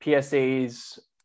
PSA's